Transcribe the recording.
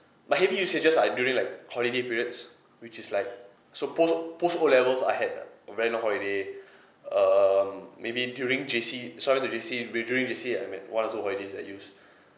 my heavy usages are during like holiday periods which is like so post post O levels I had uh very long holiday um maybe during J_C sorry to J_C I mean during J_C uh I meant once school holidays I use